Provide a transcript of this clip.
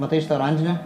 matai šita oranžinė